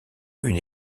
une